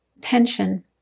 tension